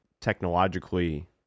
technologically